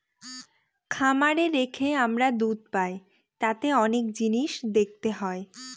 খামারে রেখে আমরা দুধ পাই তাতে অনেক জিনিস দেখতে হয়